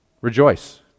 rejoice